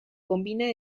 combina